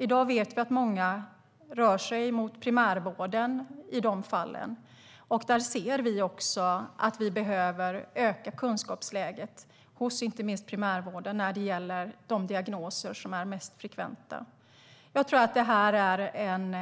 I dag vet vi att många rör sig mot primärvården i de fallen. Vi behöver öka kunskapen hos inte minst primärvården när det gäller de diagnoser som är mest frekventa. Jag tror att det här är en